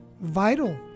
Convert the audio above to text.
vital